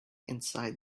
inside